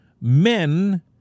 men